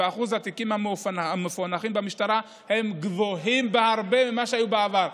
ואחוז התיקים המפוענחים במשטרה גבוה בהרבה ממה שהיה בעבר.